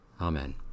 Amen